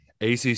ACC